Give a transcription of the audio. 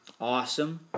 awesome